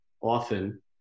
often